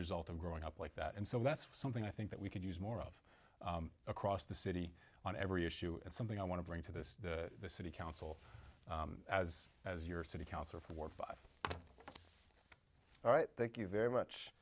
result of growing up like that and so that's something i think that we could use more of across the city on every issue and something i want to bring to the city council as as your city council for five all right thank you very much